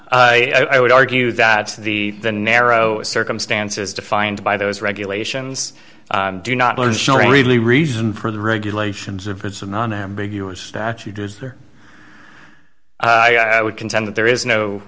i would argue that the the narrow circumstances defined by those regulations do not learn some really reason for the regulations if it's a non ambiguous statute is there i would contend that there is